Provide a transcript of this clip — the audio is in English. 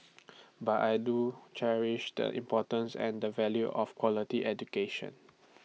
but I do cherish the importance and the value of quality education